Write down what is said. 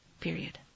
period